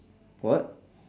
what